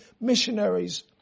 missionaries